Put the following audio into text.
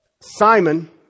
Simon